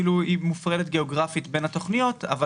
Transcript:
היא מופרדת גיאוגרפית בין התוכניות אבל